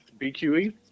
BQE